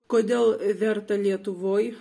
kodėl verta lietuvoje